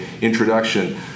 introduction